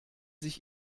sich